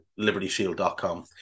libertyshield.com